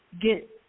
get